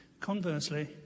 Conversely